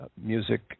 music